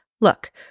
Look